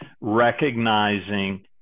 recognizing